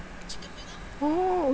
oh